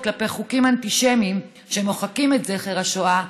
כלפי חוקים אנטישמיים שמוחקים את זכר השואה,